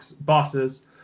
bosses